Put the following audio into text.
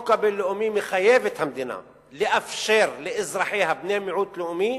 החוק הבין-לאומי מחייב את המדינה לאפשר לאזרחיה בני מיעוט לאומי